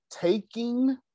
taking